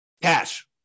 Cash